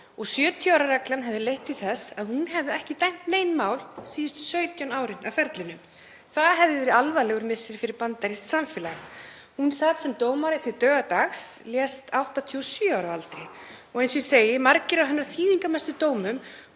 og 70 ára reglan hefði leitt til þess að hún hefði ekki dæmt nein mál síðustu 17 árin af ferli sínum. Það hefði verið alvarlegur missir fyrir bandarískt samfélag. Hún sat sem dómari til dauðadags, lést 87 ára að aldri, og komu margir af hennar þýðingarmestu dómum